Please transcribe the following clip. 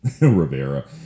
Rivera